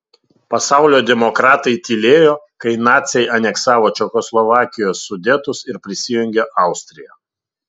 pasaulio demokratai tylėjo kai naciai aneksavo čekoslovakijos sudetus ir prisijungė austriją